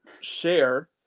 share